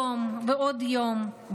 יום ועוד יום,